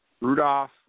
Rudolph